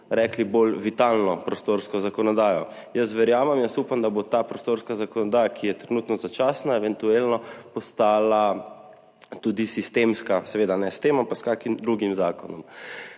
rekli bolj vitalno prostorsko zakonodajo. Jaz verjamem, jaz upam, da bo ta prostorska zakonodaja, ki je trenutno začasna, eventualno postala tudi sistemska, seveda ne s tem, ampak s kakšnim drugim zakonom.